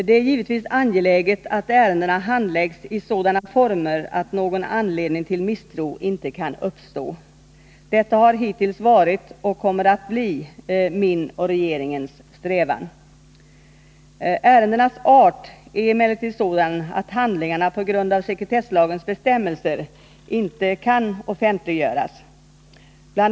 Det är givetvis angeläget att ärendena handläggs i sådana former att någon anledning till misstro inte kan uppstå. Detta har hittills varit och kommer att förbli min och regeringens strävan. Ärendenas art är emellertid sådan att handlingarna på grund av sekretesslagens bestämmelser inte kan offentliggöras. Bl.